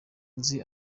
nzi